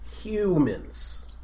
Humans